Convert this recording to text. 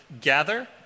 gather